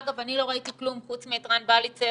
אגב, אני לא ראיתי כלום חוץ מאת רן בליצר